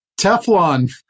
Teflon